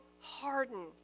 harden